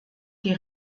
die